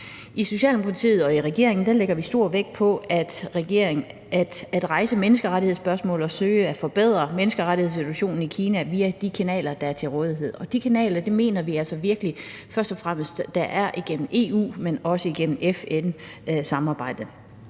I Socialdemokratiet og i regeringen lægger vi stor vægt på at rejse menneskerettighedsspørgsmålet og søge at forbedre menneskerettighedssituationen i Kina via de kanaler, der er til rådighed. De kanaler mener vi virkelig først og fremmest er igennem EU, men også igennem FN-samarbejdet.